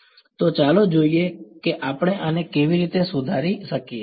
તો ચાલો જોઈએ કે આપણે આને કેવી રીતે સુધારી શકીએ